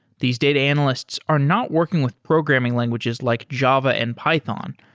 these data analysts are not working with programming languages like java and python.